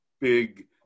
big